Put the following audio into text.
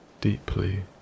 deeply